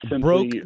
broke